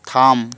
থাম